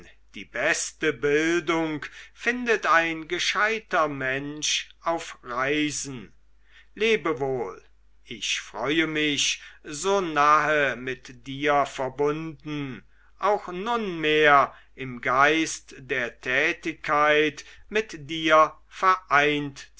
die beste bildung findet ein gescheiter mensch auf reisen lebe wohl ich freue mich so nahe mit dir verbunden auch nunmehr im geist der tätigkeit mit dir vereint